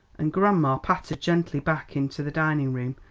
and grandma pattered gently back into the dining-room,